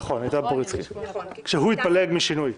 נכון, כשהוא התפלג משינוי.